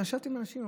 כשישבתי עם אנשים,